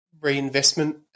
reinvestment